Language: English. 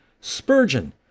Spurgeon